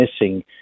missing